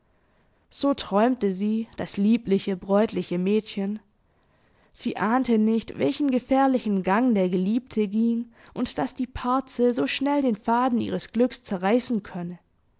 so träumte sie das liebliche bräutliche mädchen sie ahnte nicht welchen gefährlichen gang der geliebte ging und daß die parze so schnell den faden ihres glücks zerreißen könne